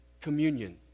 communion